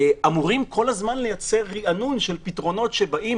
אמורים כל הזמן לייצר ריענון של פתרונות שבאים,